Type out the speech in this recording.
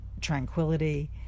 tranquility